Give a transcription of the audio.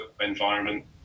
environment